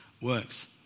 works